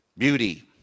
Beauty